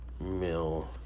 Mill